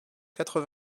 quatre